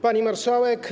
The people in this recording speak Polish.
Pani Marszałek!